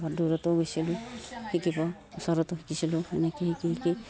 দূৰতো গৈছিলোঁ শিকিব ওচৰতো শিকিছিলোঁ সেনেকৈয়ে শিকি শিকি